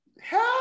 Hell